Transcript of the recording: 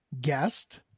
guest